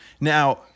Now